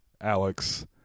Alex